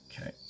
okay